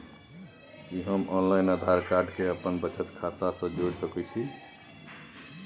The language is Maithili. कि हम ऑनलाइन आधार कार्ड के अपन बचत खाता से जोरि सकै छी?